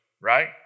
right